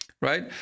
Right